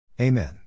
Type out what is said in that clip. Amen